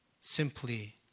simply